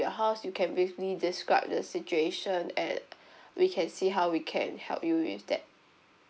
your house you can briefly describe the situation and we can see how we can help you with that